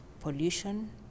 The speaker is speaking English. pollution